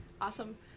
Awesome